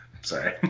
Sorry